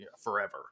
forever